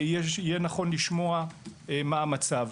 יהיה נכון לשמוע מה המצב.